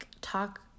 talk